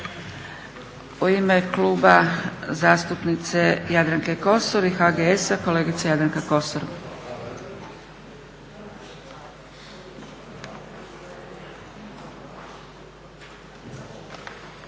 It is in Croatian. U ime Kluba zastupnice Jadranke Kosor i HGS-a kolegica Jadranka Kosor.